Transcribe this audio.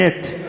נייט.